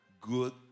good